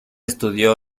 estudió